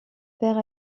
père